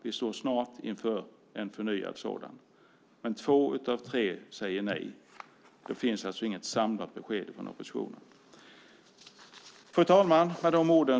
Vi står snart inför en förnyad sådan. Två av tre säger nej - det finns alltså inget samlat besked från oppositionen.